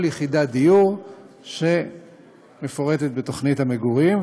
יחידת דיור שמפורטת בתוכנית המגורים.